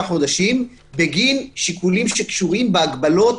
חודשים בגין שיקולים שקשורים בהגבלות